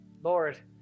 Lord